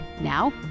Now